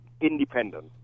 independent